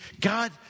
God